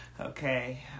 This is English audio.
Okay